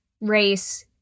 race